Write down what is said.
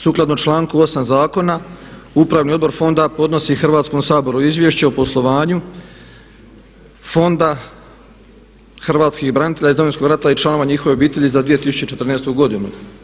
Sukladno članku 8. Zakona Upravni odbor Fonda podnosi Hrvatskom saboru izvješće o poslovanju Fonda hrvatskih branitelja iz Domovinskog rata i članova njihovih obitelji za 2014. godinu.